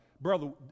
Brother